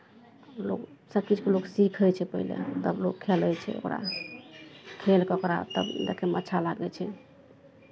लोक सभ चीजकेँ लोक सीखै छै पहिले तब लोक खेलै छै ओकरा खेलके ओकरा खेलके ओकरा तब देखयमे अच्छा लागै छै